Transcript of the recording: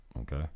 okay